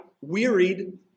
wearied